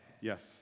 Yes